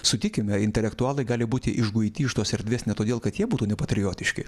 sutikime intelektualai gali būti išguiti iš tos erdvės ne todėl kad jie būtų nepatriotiški